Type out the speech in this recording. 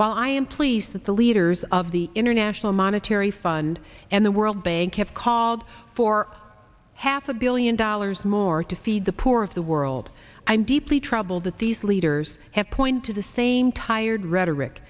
while i am pleased that the leaders of the international monetary fund and the world bank have called for half a billion dollars more to feed the poor of the world i'm deeply troubled that these leaders have pointed to the same tired rhetoric